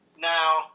Now